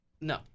No